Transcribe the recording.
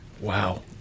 Wow